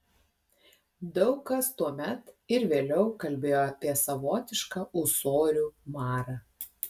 daug kas tuomet ir vėliau kalbėjo apie savotišką ūsorių marą